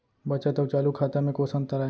बचत अऊ चालू खाता में कोस अंतर आय?